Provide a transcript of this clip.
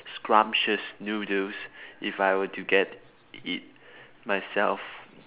scrumptious noodles if I were to get it myself